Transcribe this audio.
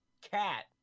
cat